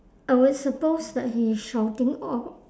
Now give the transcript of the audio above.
I would suppose that he is shouting out